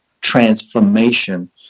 transformation